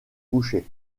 couché